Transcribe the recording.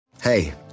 Hey